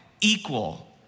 equal